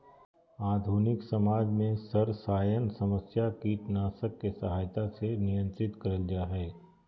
आधुनिक समाज में सरसायन समस्या कीटनाशक के सहायता से नियंत्रित करल जा हई